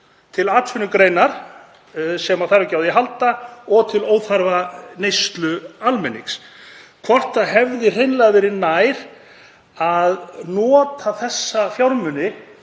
til atvinnugreinar sem þarf ekki á því að halda og óþarfa neyslu almennings, hvort það hefði hreinlega verið nær að nota þessa fjármuni